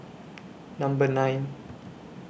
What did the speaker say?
Number nine